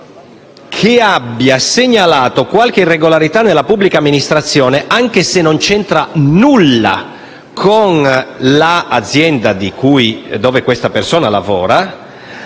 che abbia segnalato qualche irregolarità nella pubblica amministrazione, anche se non c'entra nulla con l'azienda in cui lavora,